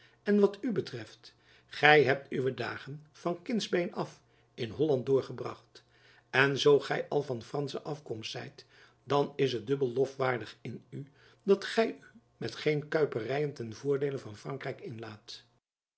en wat u betreft gy hebt uwe dagen van kindsbeen af in holland doorgebracht en zoo gy al van fransche afkomst zijt dan is het dubbel lofwaardig in u dat gy u met geen kuiperyen ten voordeele van frankrijk inlaat